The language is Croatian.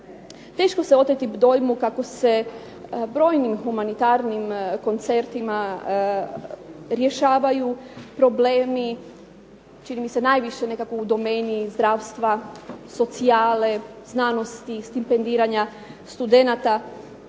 Teško se oteti dojmu kako se brojnim humanitarnim koncertima rješavaju problemi čini mi se najviše nekako u domeni zdravstva, socijale, znanosti, stipendiranja studenata